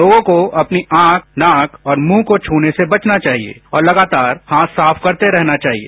लोगों को अपनी आंख नाक और मुंह को छूने से बचना चाहिए और लगातार हाथ साफ करते रहना चाहिए